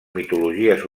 mitologies